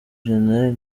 general